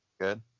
Good